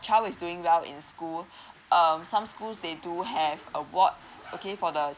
child is doing well in school um some schools they do have awards okay for the